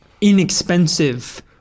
inexpensive